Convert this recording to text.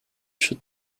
should